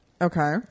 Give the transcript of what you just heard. okay